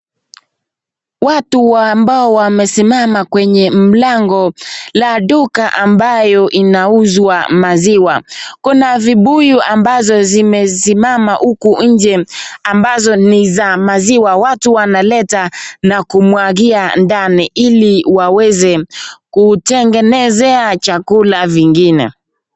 Watu ambao wamesimama kwenye mlango la duka ambayo inauzwa maziwa, kuna vibuyu ambazo zimesimama huku nje ambazo ni za maziwa. Watu wanaleta na kumwagia ndani ili waweze kutengenezea chakula vingine.